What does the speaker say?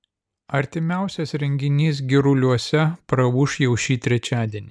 artimiausias renginys giruliuose praūš jau šį trečiadienį